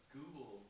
google